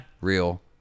real